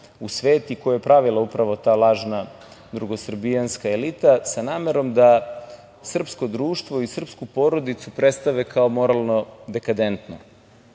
u svet i koji je pravila upravo ta lažna drugosrbijanska elita, sa namerom da srpsko društvo i srpsku porodicu predstave kao moralno dekadentno. Ništa